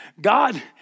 God